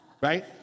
Right